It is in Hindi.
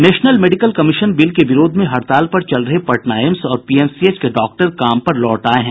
नेशनल मेडिकल कमीशन बिल के विरोध में हड़ताल पर चल रहे पटना एम्स और पीएमसीएच के डॉक्टर काम पर लौट आये हैं